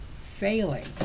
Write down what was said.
failing